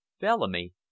Bellamy